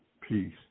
Peace